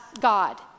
God